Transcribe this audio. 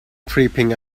creeping